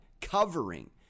covering